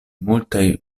multaj